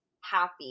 happy